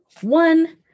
one